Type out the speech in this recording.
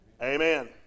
Amen